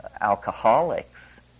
alcoholics